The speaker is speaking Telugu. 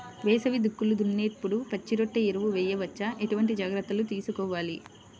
వేసవి దుక్కులు దున్నేప్పుడు పచ్చిరొట్ట ఎరువు వేయవచ్చా? ఎటువంటి జాగ్రత్తలు తీసుకోవాలి?